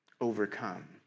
overcome